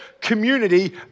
community